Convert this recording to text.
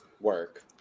Work